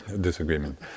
disagreement